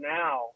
now